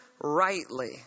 rightly